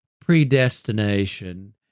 predestination